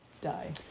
die